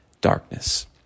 darkness